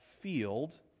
field